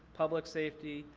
public safety,